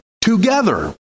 together